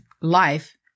life